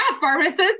Pharmacist